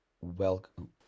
welcome